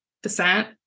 Descent